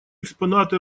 экспонаты